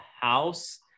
house